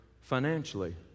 financially